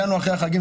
הגענו אחרי החגים,